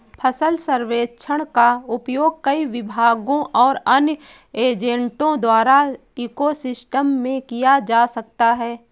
फसल सर्वेक्षण का उपयोग कई विभागों और अन्य एजेंटों द्वारा इको सिस्टम में किया जा सकता है